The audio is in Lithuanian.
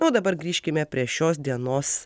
o dabar grįžkime prie šios dienos